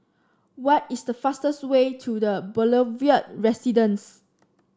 what is the fastest way to The Boulevard Residence